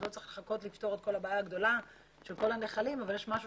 לא צריך לפתור את כל הבעיה הגדולה של כל הנחלים אבל יש משהו